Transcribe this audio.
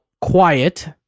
quiet